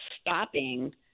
stopping